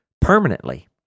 permanently